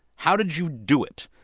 how did you do it?